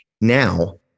Now